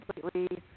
completely